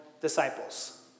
disciples